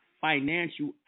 financial